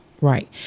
right